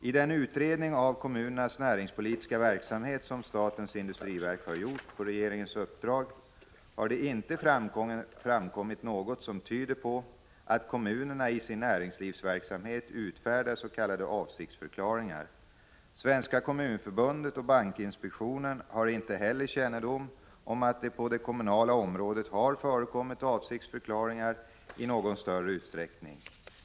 I den utredning av kommunernas näringspolitiska verksamhet som statens industriverk har gjort på regeringens uppdrag har det inte framkommit något som tyder på att kommunerna i sin näringslivsverksamhet utfärdar s.k. avsiktsförklaringar. Svenska kommunförbundet och bankinspektionen har inte heller kännedom om att det på det kommunala området har förekommit avsiktsförklaringar i någon större utsträckning.